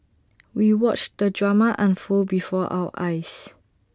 we watched the drama unfold before our eyes